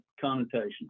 connotation